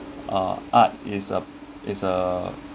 art is a is a